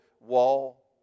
wall